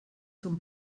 zum